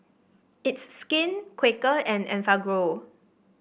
It's Skin Quaker and Enfagrow